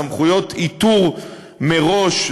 סמכויות איתור מראש,